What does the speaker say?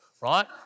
Right